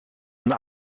een